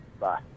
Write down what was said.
Bye